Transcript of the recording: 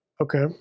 Okay